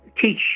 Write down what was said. teach